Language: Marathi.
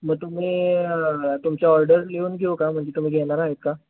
मग तुम्ही तुमची ऑर्डर लिहून घेऊ का म्हणजे तुम्ही घेणार आहेत का